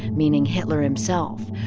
meaning hitler himself,